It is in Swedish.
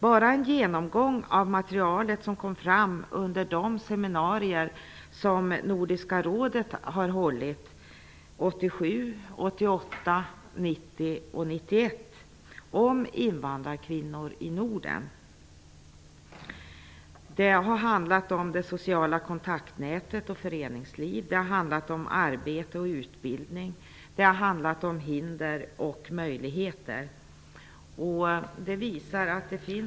Bara en genomgång av det material som kom fram under de seminarier som Nordiska rådet har hållit under åren 1987, 1988, 1990 och 1991 om invandrarkvinnor i Norden visar att det finns tillräckligt med material för att starta ett konkret arbete inom de olika departementen.